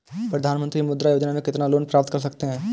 प्रधानमंत्री मुद्रा योजना में कितना लोंन प्राप्त कर सकते हैं?